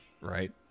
Right